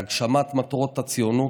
להגשמת מטרות הציונות.